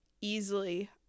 easily